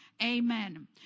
Amen